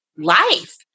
life